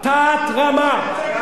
תיאור מדויק של עצם ימים אלה.